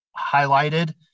highlighted